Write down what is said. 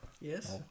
Yes